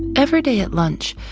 every day at lunch,